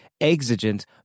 exigent